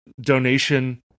donation